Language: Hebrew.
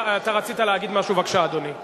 אתה רצית להגיד משהו, בבקשה, אדוני.